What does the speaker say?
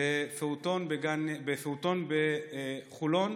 בפעוטון בחולון.